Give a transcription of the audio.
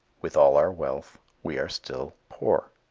with all our wealth, we are still poor.